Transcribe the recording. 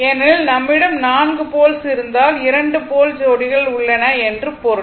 ஏனெனில் நம்மிடம் நான்கு போல்ஸ் இருந்தால் 2 போல் ஜோடிகள் உள்ளன என்று பொருள்